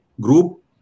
group